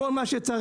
כל מה שצריך.